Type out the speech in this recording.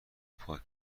پاک